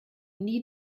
nie